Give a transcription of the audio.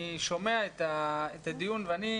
אני שומע את הדיון ואני,